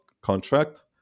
contract